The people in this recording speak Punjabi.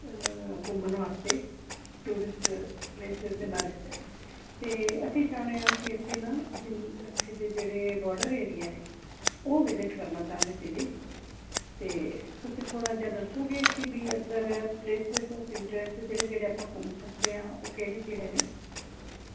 ਘੁੰਮਣ ਵਾਸਤੇ ਟੂਰਿਸਟ ਪਲੇਸਸ ਦੇ ਮੈਰਿਜ ਤੇ ਅਸੀਂ ਚਾਹੁੰਦੇ ਆ ਕਿ ਅਸੀਂ ਨਾ ਇਥੇ ਦੇ ਜਿਹੜੇ ਬਾਰਡਰ ਏਰੀਆ ਉਹ ਵਿਜਿਟ ਕਰਨਾ ਚਾਹੁੰਦੇ ਸੀ ਜੀ ਤੇ ਤੁਸੀਂ ਥੋੜਾ ਜਿਹਾ ਦੱਸੋਗੇ ਕਿ ਵੀ ਇਧਰ ਪਲੇਸਸ ਇੰਟਰਸਟ ਜਿਹੜੇ ਜਿਹੜੇ ਆਪਾਂ ਘੁੰਮ ਸਕਦੇ ਆ ਉਹ ਕਿਹੜੇ ਕਿਹੜੇ ਨੇ